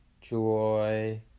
joy